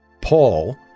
Paul